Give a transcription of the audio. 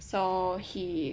so he